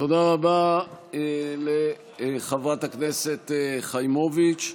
תודה רבה לחברת הכנסת חיימוביץ'.